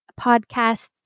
Podcasts